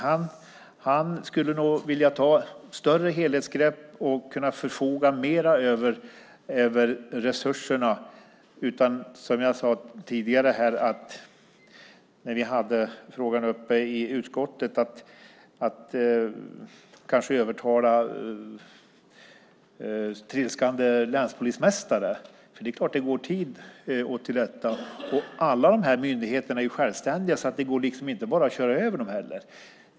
Han skulle nog vilja ta större helhetsgrepp och kunna förfoga mer över resurserna och, som jag sade tidigare när vi hade frågan uppe i utskottet, kanske övertala trilskande länspolismästare. Det är klart att detta tar tid. Alla dessa myndigheter är självständiga, och det går därför inte att bara köra över dem.